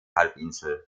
halbinsel